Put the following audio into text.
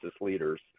leaders